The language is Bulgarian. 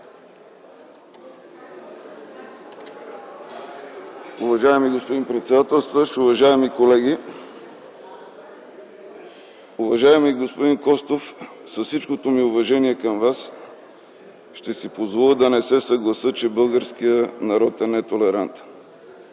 Уважаеми господин председател, уважаеми колеги! Уважаеми господин Костов, с всичкото ми уважение към Вас, ще ми позволите да не се съглася, че българският народ е нетолерантен.